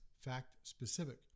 fact-specific